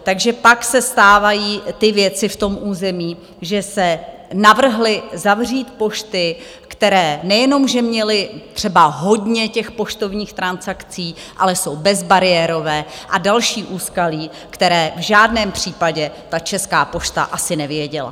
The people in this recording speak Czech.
Takže pak se stávají ty věci v tom území, že se navrhly zavřít pošty, které nejenže měly třeba hodně poštovních transakcí, ale jsou bezbariérové, a další úskalí, která v žádném případě ta Česká pošta asi nevěděla!